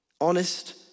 Honest